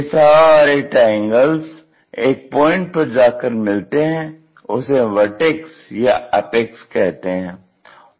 यह सारे ट्रायंगलस एक पॉइंट पर जाकर मिलते हैं उसे वर्टेक्स या एपेक्स कहते हैं